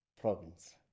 province